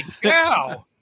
cow